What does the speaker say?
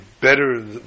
better